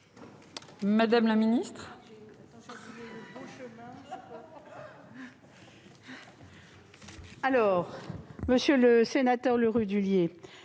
Madame la ministre,